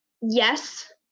yes